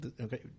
okay